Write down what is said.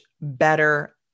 better